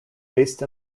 based